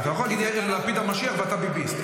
אתה לא יכול להגיד לפיד המשיח ואתה ביביסט.